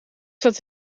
staat